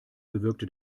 bewirkte